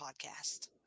podcast